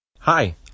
Hi